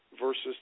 versus